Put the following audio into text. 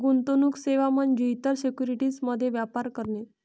गुंतवणूक सेवा म्हणजे इतर सिक्युरिटीज मध्ये व्यापार करणे